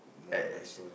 yes